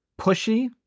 pushy